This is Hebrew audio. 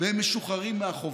והם משוחררים מהחובות.